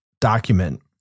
document